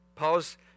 Paul's